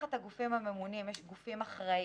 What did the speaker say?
תחת הגופים הממונים יש גופים אחראים,